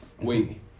Wait